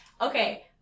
Okay